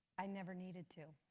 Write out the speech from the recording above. i never needed to.